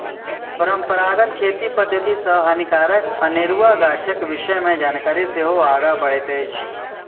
परंपरागत खेती पद्धति सॅ हानिकारक अनेरुआ गाछक विषय मे जानकारी सेहो आगाँ बढ़ैत अछि